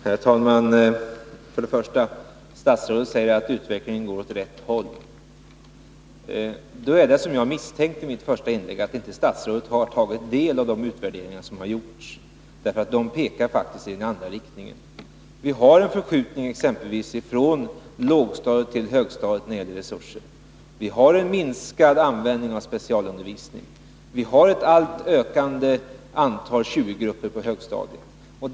Herr talman! Statsrådet säger att utvecklingen går åt rätt håll. Då är det som jag misstänkte i mitt första inlägg — att statsrådet inte har tagit del av de utvärderingar som har gjorts. De pekar faktiskt i den andra riktningen. Vi haren förskjutning från lågstadiet till högstadiet när det gäller resurser, vi har minskad användning av personalundervisning, och vi har ett alltmer ökande antal 20-grupper på högstadiet.